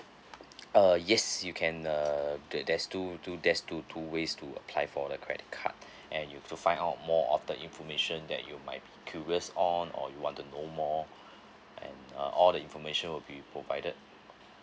err yes you can uh the there's two two there's two two ways to apply for the credit card and you to find out more of the information that you might be curious on or you want to know more and uh all the information will be provided